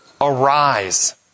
arise